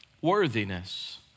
worthiness